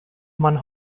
man